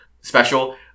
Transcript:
special